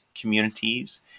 communities